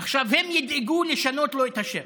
עכשיו הם ידאגו לשנות לו את השם.